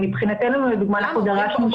ומבחינתנו לדוגמה אנחנו דרשנו שיהיה כוח --- למה?